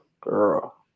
girl